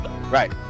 Right